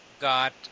got